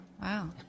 Wow